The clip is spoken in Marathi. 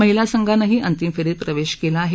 महिला संघांनही अंतिम फेरीत प्रवेश केला आहे